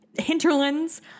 Hinterlands